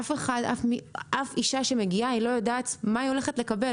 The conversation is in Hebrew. אף אישה שמגיעה לא יודעת מה היא הולכת לקבל,